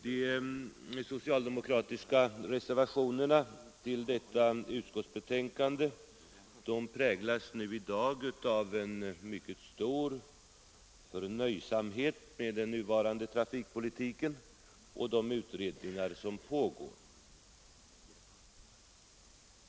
De socialdemokratiska reservationerna vid detta utskottsbetänkande präglas av en mycket stor förnöjsamhet i fråga om den nuvarande trafikpolitiken och de utredningar som pågår.